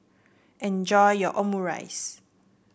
enjoy your Omurice